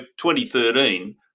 2013